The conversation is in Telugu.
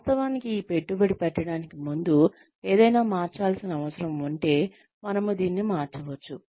వాస్తవానికి ఈ పెట్టుబడి పెట్టడానికి ముందు ఏదైనా మార్చాల్సిన అవసరం ఉంటే మనము దీన్ని మార్చవచ్చు